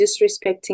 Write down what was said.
disrespecting